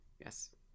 Yes